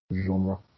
genre